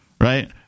Right